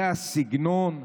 זה הסגנון?